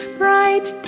bright